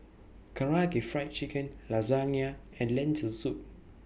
Karaage Fried Chicken Lasagne and Lentil Soup